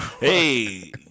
Hey